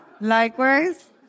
likewise